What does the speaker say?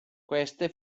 queste